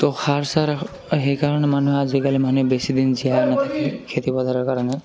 তো সাৰ চাৰ সেইকাৰণে মানুহে আজিকালি মানুহে বেছিদিন জীয়াই নাথাকে খেতিপথাৰৰ কাৰণে